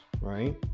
right